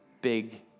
big